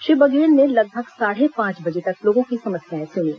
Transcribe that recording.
श्री बघेल ने लगभग साढ़े पांच बजे तक लोगों की समस्याएं सुनीं